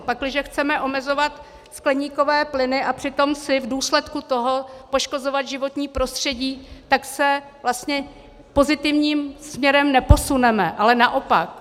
Pakliže chceme omezovat skleníkové plyny a přitom si v důsledku toho poškozovat životní prostředí, tak se vlastně pozitivním směrem neposuneme, ale naopak.